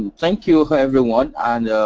thank you everyone, and